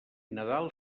nadal